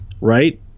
right